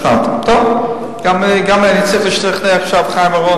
יתחייב כי הוא מסכים כי במקום עונשי מינימום וביטול הסדרי הטיעון